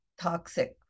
toxic